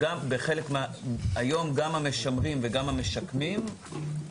היום גם המשמרים וגם המשקמים.